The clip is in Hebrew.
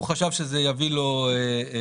הוא חשב שזה יביא לו קידום.